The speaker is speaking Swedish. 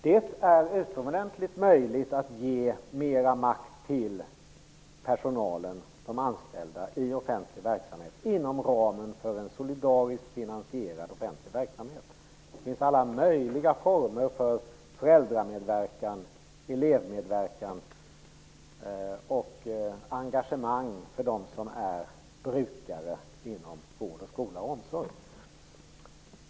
Det är möjligt att ge mera makt till de anställda inom offentlig verksamhet inom ramen för en solidariskt finansierad sådan. Det finns alla möjliga former för föräldramedverkan, elevmedverkan och engagemang för dem som är brukare inom vård, skola och omsorg.